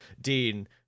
Dean